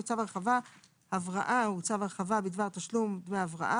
"צו הרחבה כללי הבראה" צו הרחבה בדבר תשלום דמי הבראה